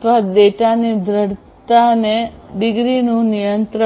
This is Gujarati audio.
persistence ડેટાની દ્રઢતા ડિગ્રીનું નિયંત્રણ છે